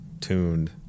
tuned